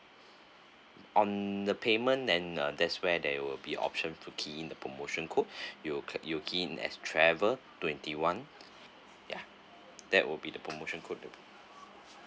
on the payment then uh there's where there will be option to key in the promotion code you will cl~ you will key in as travel twenty one yeah that will be the promotion code